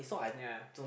ya